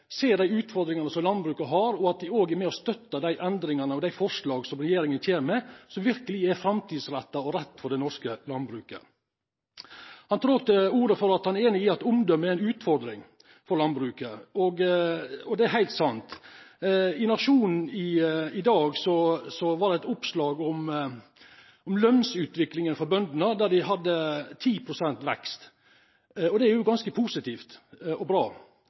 ser dei utfordringane som landbruket har, og at dei òg er med og støttar dei endringane og forslaga som regjeringa kjem med, som verkeleg er framtidsretta og rett for det norske landbruket. Han tok òg til orde for at han er einig i at omdømme er ei utfordring for landbruket. Og det er heilt sant. I Nationen var det i dag eit oppslag om lønnsutviklinga for bøndene, at dei hadde 10 pst. vekst. Det er ganske positivt og bra.